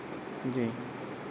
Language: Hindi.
जी